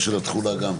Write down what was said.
התחולה.